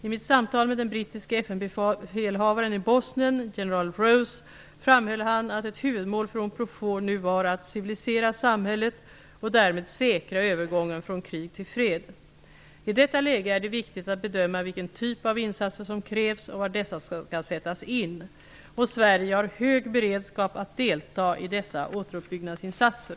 I mitt samtal med den brittske FN-befälhavaren i Bosnien, general Rose, framhöll han att ett huvudmål för Unprofor nu var att civilisera samhället och därmed säkra övergången från krig till fred. I detta läge är det viktigt att bedöma vilken typ av insatser som krävs och var dessa skall sättas in. Sverige har hög beredskap att delta i dessa återuppbyggnadsinsatser.